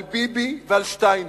על ביבי ועל שטייניץ.